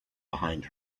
behind